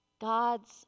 God's